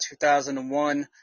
2001